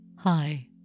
Hi